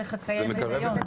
מהדרך הקיימת היום.